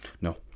No